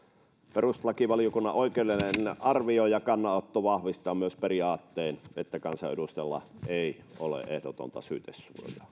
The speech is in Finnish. perustuslakivaliokunnan oikeudellinen arvio ja kannanotto vahvistaa myös periaatteen että kansanedustajalla ei ole ehdotonta syytesuojaa